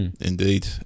Indeed